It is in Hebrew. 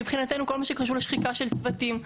מבחינתנו כל מה שקשור לשחיקה של צוותים,